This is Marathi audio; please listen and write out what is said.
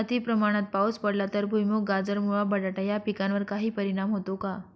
अतिप्रमाणात पाऊस पडला तर भुईमूग, गाजर, मुळा, बटाटा या पिकांवर काही परिणाम होतो का?